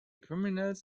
criminals